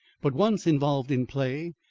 but once involved in play,